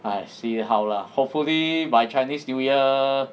I see how lah hopefully by chinese new year